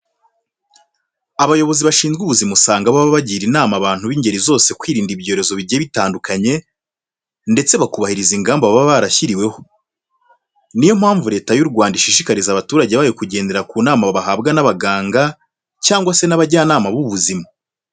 Abayobozi bashinzwe ubuzima usanga baba bagira inama abantu b'ingeri zose kwirinda ibyorezo bigiye bitandukanye ndetse bakubahiriza ingamba baba barashyiriweho. Niyo mpamvu Leta y'u Rwanda ishishikariza abaturage bayo kugendera ku nama bahabwa n'abaganga cyangwa se n'abajyanama b'ubuzima.